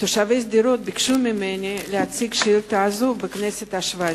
תושבי שדרות ביקשו ממני להציג אותה בכנסת השבע-עשרה,